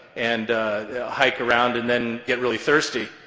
and hike around and then get really thirsty.